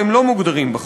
והם לא מוגדרים בחוק.